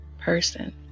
person